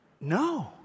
no